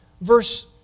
verse